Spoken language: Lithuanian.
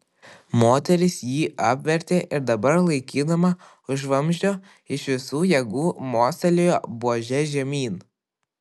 moteris jį apvertė ir dabar laikydama už vamzdžio iš visų jėgų mostelėjo buože žemyn